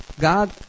God